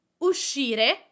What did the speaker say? uscire